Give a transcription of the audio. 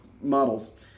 models